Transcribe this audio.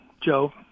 joe